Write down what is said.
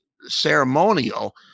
ceremonial